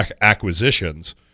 acquisitions